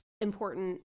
important